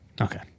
Okay